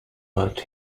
but